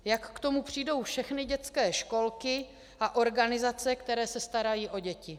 Jak k tomu přijdou všechny dětské školky a organizace, které se starají o děti?